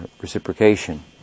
reciprocation